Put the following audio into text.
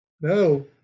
No